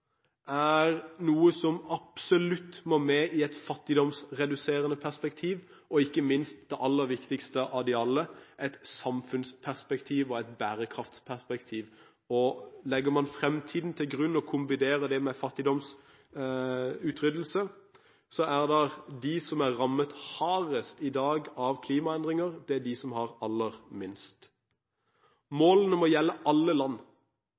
er noe som absolutt må med i et fattigdomsreduserende perspektiv, og ikke minst i det aller viktigste av dem alle – et samfunnsperspektiv og et bærekraftperspektiv. Legger man fremtiden til grunn, og kombinerer det med fattigdomsutryddelse, er de som i dag er rammet hardest av klimaendringer, de som har aller minst. Målene må gjelde alle land.